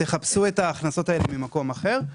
ותחפשו את ההכנסות האלה במקום אחר.